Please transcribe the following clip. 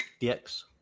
DX